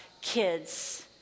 kids